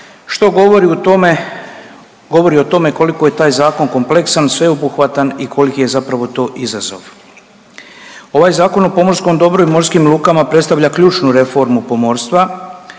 tome? Govori o tome koliko je taj zakon kompleksan, sveobuhvatan i koliki je zapravo to izazov. Ovaj Zakon o pomorskom dobru i morskim lukama predstavlja ključnu reformu pomorstva